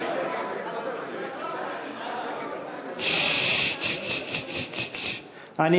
תודה רבה, אדוני.